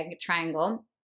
Triangle